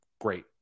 Great